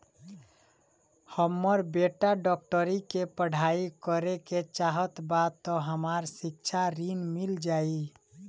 हमर बेटा डाक्टरी के पढ़ाई करेके चाहत बा त हमरा शिक्षा ऋण मिल जाई?